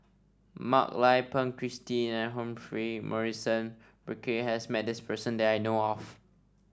Mak Lai Peng Christine and Humphrey Morrison Burkill has met this person that I know of